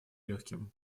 легким